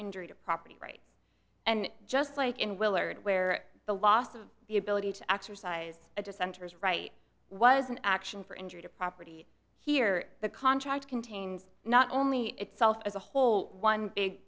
injury to property rights and just like in willard where the loss of the ability to exercise the dissenters right was an action for injury to property here the contract contains not only itself as a whole one big